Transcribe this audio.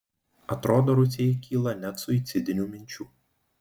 atrodo rusijai kyla net suicidinių minčių